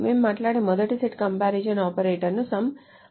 మేము మాట్లాడే మొదటి సెట్ కంపారిసన్ ఆపరేటర్ను SOME అంటారు